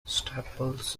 staples